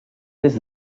des